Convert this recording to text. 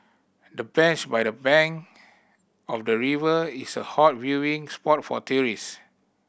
the bench by the bank of the river is a hot viewing spot for tourist